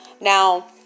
now